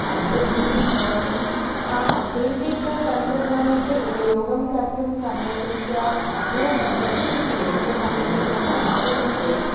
अभिवृद्धिः भवति अप्डेटेड् तन्त्रज्ञानस्य उपयोगं कर्तुं सम्यक् रीत्या न भविष्यति चेत् सम्यक्रीत्या न आगतं चेत्